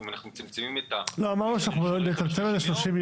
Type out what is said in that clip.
אם אנחנו מצמצמים ל-30 ימים --- אמרנו שנצמצם את זה ל-30 ימים.